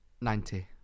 Ninety